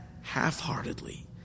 half-heartedly